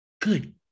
Good